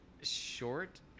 Short